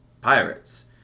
pirates